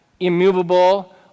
Immovable